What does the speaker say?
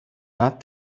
not